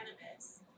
cannabis